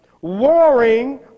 Warring